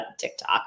TikTok